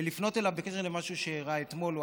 ולפנות אליו בקשר למשהו שאירע אתמול.